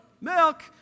Milk